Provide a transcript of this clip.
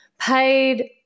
paid